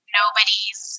nobody's